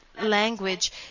language